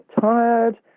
tired